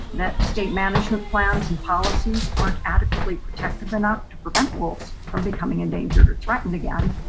that state management plans and policies aren't adequately protective enough to prevent wolves from becoming endangered or threatened again.